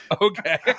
okay